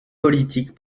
politiques